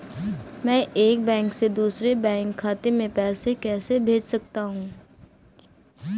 मैं एक बैंक से दूसरे बैंक खाते में पैसे कैसे भेज सकता हूँ?